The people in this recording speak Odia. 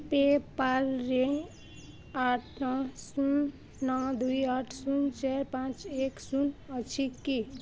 ପେପାଲ୍ରେ ଆଠ ନଅ ଶୂନ ନଅ ଦୁଇ ଆଠ ଶୂନ ଚାରି ପାଞ୍ଚ ଏକ ଶୂନ ଅଛି କି